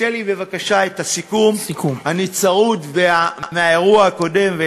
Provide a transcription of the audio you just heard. תן לי בבקשה את הסיכום, אני צרוד מהאירוע הקודם.